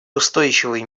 устойчивый